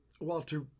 Walter